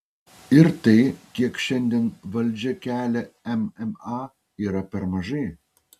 ir tai kiek šiandien valdžia kelia mma yra per mažai